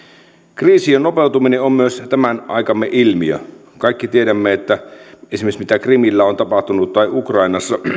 kriisien nopeutuminen on myös aikamme ilmiö kaikki tiedämme mitä esimerkiksi krimillä on tapahtunut tai ukrainassa